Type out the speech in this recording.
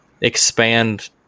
expand